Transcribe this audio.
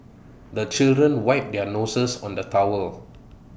the children wipe their noses on the towel